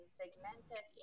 segmented